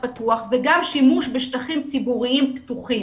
פתוח וגם שימוש בשטחים ציבוריים פתוחים.